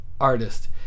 artist